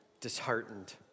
disheartened